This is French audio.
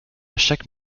chaque